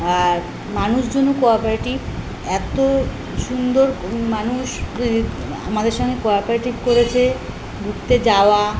আর মানুষজনও কোয়াপরেটিভ এতো সুন্দর মানুষ আমাদের সঙ্গে কোয়াপরেটিভ করেছে ঘুরতে যাওয়া